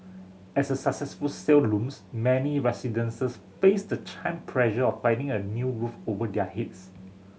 as a successful sale looms many face the time pressure of finding a new roof over their heads